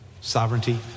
sovereignty